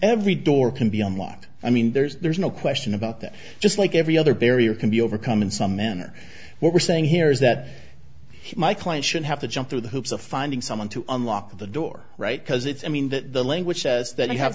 every door can be on one i mean there's no question about that just like every other barrier can be overcome in some manner what we're saying here is that my client should have to jump through the hoops of finding someone to unlock the door right because it's i mean that the language says that you have